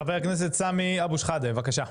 חבר הכנסת סמי אבו שחאדה, בבקשה.